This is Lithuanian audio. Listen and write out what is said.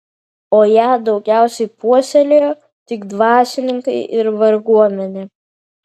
o ją daugiausiai puoselėjo tik dvasininkai ir varguomenė